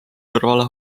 kõrvale